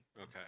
Okay